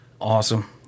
Awesome